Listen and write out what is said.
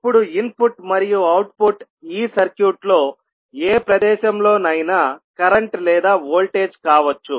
ఇప్పుడు ఇన్పుట్ మరియు అవుట్పుట్ ఈ సర్క్యూట్లో ఏ ప్రదేశంలోనైనా కరెంట్ లేదా వోల్టేజ్ కావచ్చు